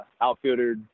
outfielder